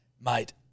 Mate